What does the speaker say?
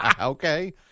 Okay